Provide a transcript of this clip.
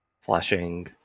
flashing